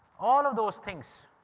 all of those things,